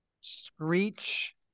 screech